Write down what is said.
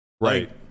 Right